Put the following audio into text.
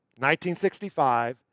1965